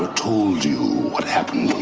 told you what happened